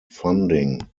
funding